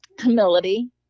humility